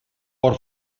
por